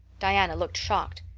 diana looked shocked.